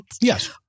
Yes